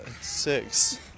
six